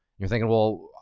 you're thinking, well,